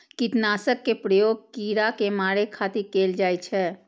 कीटनाशक के प्रयोग कीड़ा कें मारै खातिर कैल जाइ छै